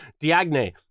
Diagne